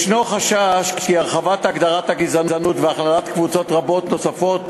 יש חשש שהרחבת הגדרת הגזענות והכללת קבוצות רבות נוספות